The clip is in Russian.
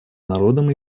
народом